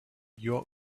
your